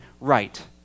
right